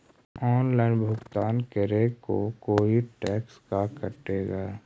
Online भुगतान करे को कोई टैक्स का कटेगा?